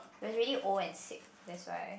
it was really old and sick that's why